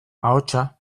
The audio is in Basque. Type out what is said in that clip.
ahotsa